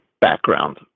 background